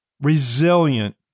resilient